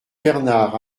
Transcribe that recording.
bernard